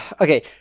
okay